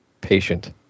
Patient